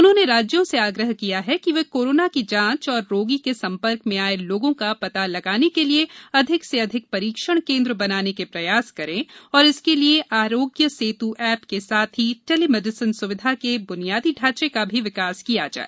उन्होंने राज्यों से आग्रह किया कि वे कोराना की जांच और रोगी के संपर्क में आये लोगों का पता लगाने के लिये अधिक से अधिक परीक्षण केन्द्र बनाने के प्रयास करें और इसके लिये आरोग्य सेतु एप के साथ ही टेली मेडीसिन सुविधा के बुनियादी ढांचे का भी विकास किया जाए